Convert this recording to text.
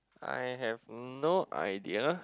I have no idea